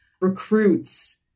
recruits